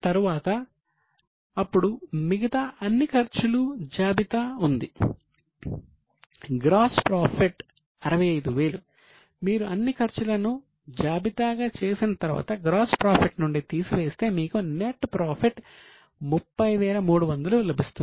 తరువాత అప్పుడు మిగతా అన్ని ఖర్చుల జాబితా ఉంది గ్రాస్ ప్రాఫిట్ 30300 లభిస్తుంది